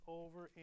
over